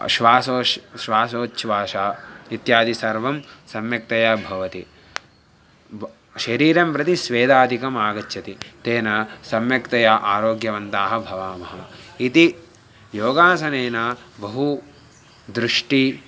श्वासः श्वासोछ्वासः इत्यादि सर्वं सम्यक्तया भवति शरीरं प्रति स्वेदादिकम् आगच्छति तेन सम्यक्तया आरोग्यवन्ताः भवामः इति योगासनेन बहु दृष्टिः